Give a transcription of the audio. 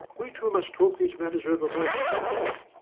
we two must talk these matters over more carefully.